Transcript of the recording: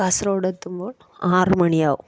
കാസറഗോഡെത്തുമ്പോൾ ആറ് മണിയാവും